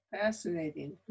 Fascinating